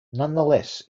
nonetheless